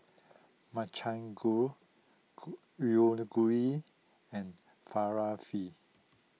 Makchang Gui and Falafel